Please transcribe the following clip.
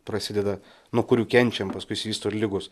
prasideda nuo kurių kenčiam paskui išsivysto ir ligos